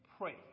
pray